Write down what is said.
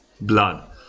blood